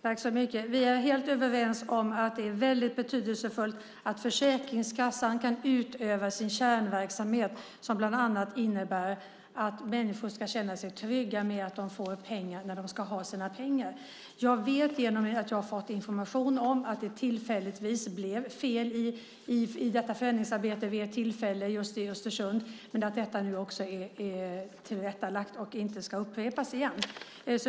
Fru talman! Vi är helt överens om att det är väldigt betydelsefullt att Försäkringskassan kan utöva sin kärnverksamhet som bland annat innebär att människor ska känna sig trygga med att de får pengar när de ska ha sina pengar. Jag har fått information om att det blev fel i detta förändringsarbete vid ett tillfälle just i Östersund, men detta är nu tillrättalagt, och det ska inte upprepas.